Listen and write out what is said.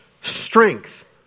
strength